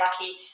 lucky